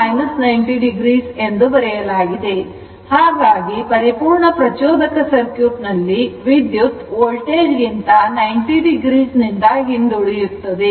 ಇಲ್ಲಿ iL 90 oಎಂದು ಬರೆಯಲಾಗಿದೆ ಹಾಗಾಗಿ ಪರಿಪೂರ್ಣ ಪ್ರಚೋದಕ ಸರ್ಕ್ಯೂಟ್ ನಲ್ಲಿ ವಿದ್ಯುತ್ ವೋಲ್ಟೇಜ್ ಗಿಂತ 90o ಹಿಂದುಳಿಯುತ್ತದೆ